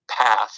path